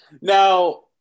Now